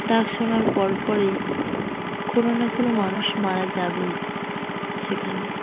ডাক শোনার পর পরই কোনো না কোনো মানুষ মারা যাবেই সেখানে